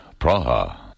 Praha